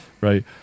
right